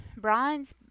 Brian's